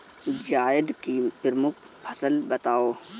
जायद की प्रमुख फसल बताओ